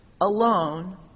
alone